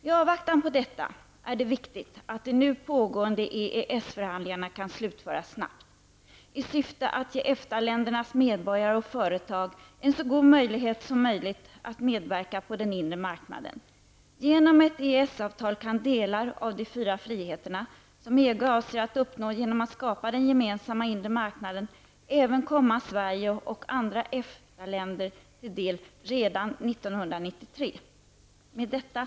I avvakten på detta är det viktigt att de nu pågående EES-förhandlingarna kan slutföras snabbt i syfte att ge EFTA-ländernas medborgare och företag så goda förutsättningar som möjligt att medverka på den inre marknaden. Genom ett EES-avtal kan delar av de fyra friheterna, som EG avser att uppnå genom att skapa en gemensam inre marknad, även komma Sverige och andra EFTA-länder till del redan 1993. Fru talman!